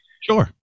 Sure